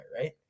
right